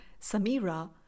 Samira